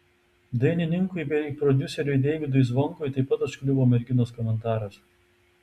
dainininkui bei prodiuseriui deivydui zvonkui taip pat užkliuvo merginos komentaras